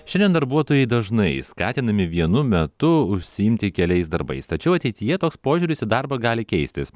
šiandien darbuotojai dažnai skatinami vienu metu užsiimti keliais darbais tačiau ateityje toks požiūris į darbą gali keistis